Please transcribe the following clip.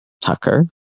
Tucker